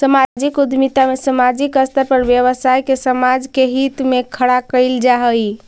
सामाजिक उद्यमिता में सामाजिक स्तर पर व्यवसाय के समाज के हित में खड़ा कईल जा हई